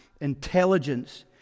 intelligence